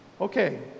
Okay